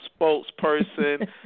spokesperson